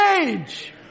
age